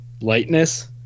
lightness